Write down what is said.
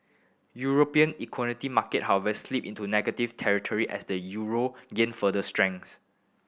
European market however slipped into negative territory as the euro gained further strength